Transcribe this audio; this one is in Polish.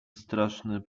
straszne